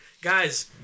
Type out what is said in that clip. guys